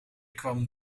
kwam